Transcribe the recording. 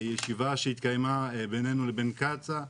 ישיבה שהתקיימה בינינו לבין קצא"א,